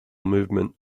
movement